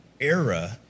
era